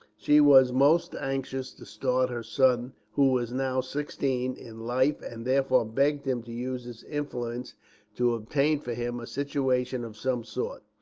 she was most anxious to start her son, who was now sixteen, in life and therefore begged him to use his influence to obtain for him a situation of some sort.